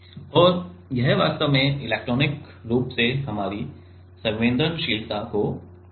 और यह वास्तव में इलेक्ट्रॉनिक रूप से हमारी संवेदनशीलता को बढ़ाएगा